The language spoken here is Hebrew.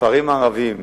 בכפרים ערביים,